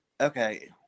okay